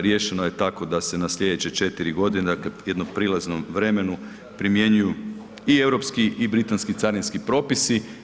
Riješeno je tako da se na sljedeće 4 godine, dakle jednom prilaznom vremenu primjenjuju i europski i britanski carinski propisi.